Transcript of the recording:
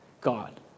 God